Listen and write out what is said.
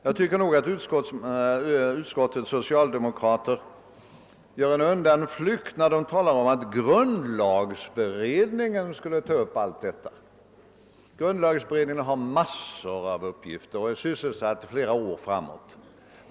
Jag tycker att utskottets socialdemokrater kommer med undanflykter när de talar om att grundlagberedningen skulle ta upp allt detta. Grundlagberedningen har massor av uppgifter och är sysselsatt med dem flera år framåt.